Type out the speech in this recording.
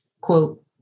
quote